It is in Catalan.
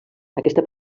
aquesta